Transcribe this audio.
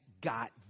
got